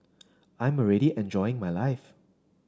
I'm already enjoying my life